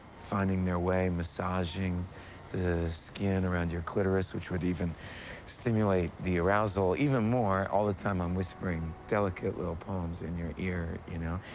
finding their way, massaging the skin around your clitoris, which would even stimulate the arousal even more. all the time, i'm whispering delicate little poems in your ear, you know?